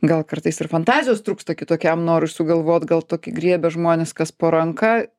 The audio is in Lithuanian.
gal kartais ir fantazijos trūksta kitokiam norui sugalvot gal tokį griebia žmonės kas po ranka